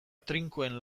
trinkoen